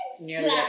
Nearly